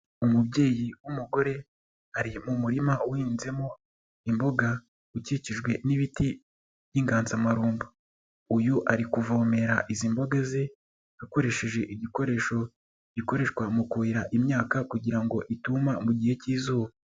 Umubyeyi w'umugore ari mu murima uhinzemo imboga ukikijwe n'ibiti n'inganzamarumbo, uyu ari kuvomera izi mboga ze akoresheje igikoresho gikoreshwa mu kuhira imyaka kugira ngo ituma mu gihe cy'izuba.